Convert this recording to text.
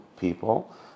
people